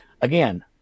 Again